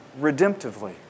redemptively